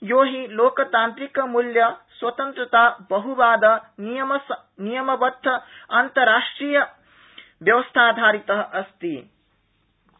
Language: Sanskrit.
यो हि लोकतांत्रिकमूल्य स्वतन्त्रता बहुवाद नियमबद्ध अन्ताराष्ट्रिय व्यवस्थाधारित अस्ति